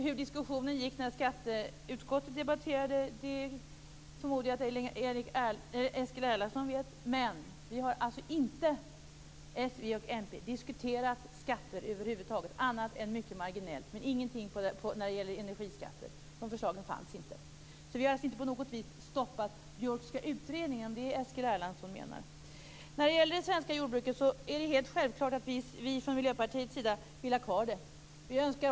Hur diskussionen gick när skatteutskottet debatterade förmodar jag att Eskil Erlandsson vet. Men s, v och mp har alltså inte diskuterat skatter annat än mycket marginellt, och över huvud taget inte energiskatter. De förslagen fanns inte. Vi har alltså inte på något sätt stoppat Björkska utredningen, om det är det Eskil Erlandsson menar. Det är helt självklart att vi från Miljöpartiets sida vill ha kvar det svenska jordbruket.